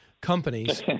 companies